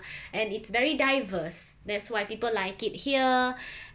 and it's very diverse that's why people like it here